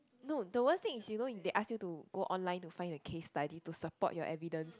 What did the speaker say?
no the worst thing is you know they ask you to go online to find the case study to support your evidence